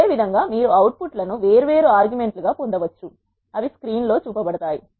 అదేవిధంగా మీరు అవుట్పుట్లను వేర్వేరు ఆర్గ్యుమెంట్లు గా పొందవచ్చు అవి స్క్రీన్లో చూపబడతాయి